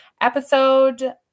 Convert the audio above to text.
episode